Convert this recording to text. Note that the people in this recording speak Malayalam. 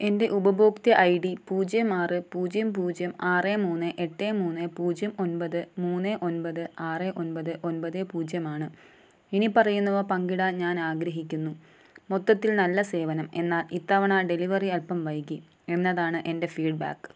എൻ്റെ ഉപഭോക്തൃ ഐ ഡി പൂജ്യം ആറ് പൂജ്യം പൂജ്യം ആറ് മൂന്ന് എട്ട് മൂന്ന് പൂജ്യം ഒൻപത് മൂന്ന് ഒൻപത് ആറ് ഒൻപത് ഒൻപത് പൂജ്യം ആണ് ഇനിപ്പറയുന്നവ പങ്കിടാൻ ഞാൻ ആഗ്രഹിക്കുന്നു മൊത്തത്തിൽ നല്ല സേവനം എന്നാൽ ഇത്തവണ ഡെലിവറി അൽപ്പം വൈകി എന്നതാണ് എൻ്റെ ഫീഡ് ബാക്ക്